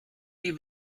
die